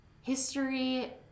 history